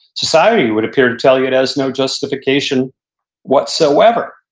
society would appear to tell you it has no justification whatsoever.